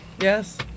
Yes